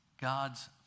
God's